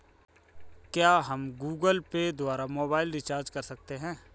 क्या हम Google Pay द्वारा मोबाइल रिचार्ज कर सकते हैं?